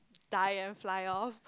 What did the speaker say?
die and fly off